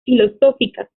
filosóficas